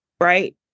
Right